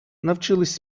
навчилися